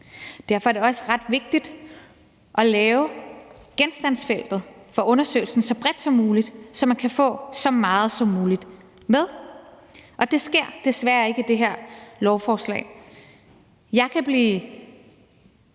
Derfor er det også ret vigtigt at lave genstandsfeltet for undersøgelsen så bredt som muligt, så man kan få så meget som muligt med, og det sker desværre ikke med det her lovforslag. Jeg kan blive